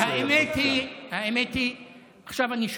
האמת היא,